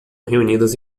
reunidas